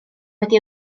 wedi